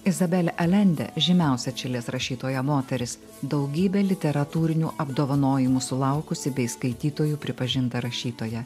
izabelė alende žymiausia čilės rašytoja moteris daugybę literatūrinių apdovanojimų sulaukusi bei skaitytojų pripažinta rašytoja